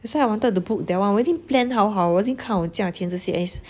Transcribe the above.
that's why I wanted to book that one 我已经 plan 好好我已经看好价钱这些